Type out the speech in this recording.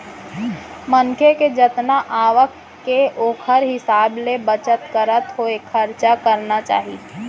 मनखे के जतना आवक के ओखर हिसाब ले बचत करत होय खरचा करना चाही